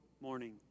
morning